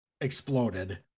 exploded